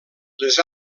les